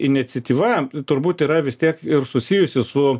iniciatyva turbūt yra vis tiek ir susijusi su